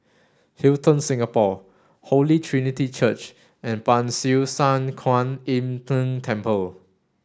Hilton Singapore Holy Trinity Church and Ban Siew San Kuan Im Tng Temple